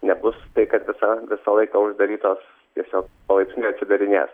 nebus tai kad visa visą laiką uždarytos tiesiog palaipsniui atsidarinės